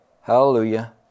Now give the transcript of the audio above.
Hallelujah